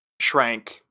shrank